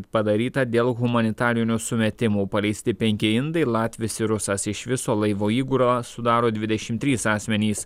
padaryta dėl humanitarinių sumetimų paleisti penki indai latvis ir rusas iš viso laivo įgurą sudaro dvidešim trys asmenys